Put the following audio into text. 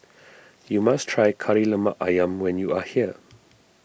you must try Kari Lemak Ayam when you are here